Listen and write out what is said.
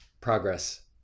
progress